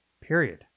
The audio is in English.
Period